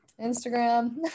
Instagram